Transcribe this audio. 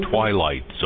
Twilight